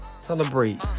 Celebrate